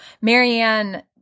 Marianne